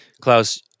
Klaus